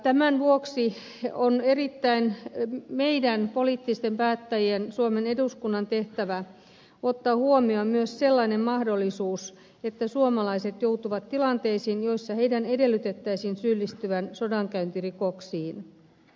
tämän vuoksi on meidän poliittisten päättäjien suomen eduskunnan tehtävä ottaa huomioon myös sellainen mahdollisuus että suomalaiset joutuvat tilanteisiin joissa heidän edellytettäisiin syyllistyvän sodankäyntirikoksiin